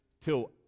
till